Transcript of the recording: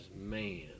man